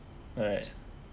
alright